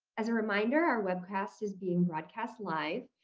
as a reminder, our webcast is being broadcast live.